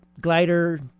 glider